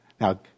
Now